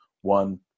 One